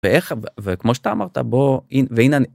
ואיך וכמו שאתה אמרת בוא והנה.